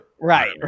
Right